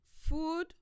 Food